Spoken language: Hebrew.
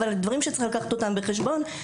לקחת אותם בחשבון.